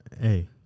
Hey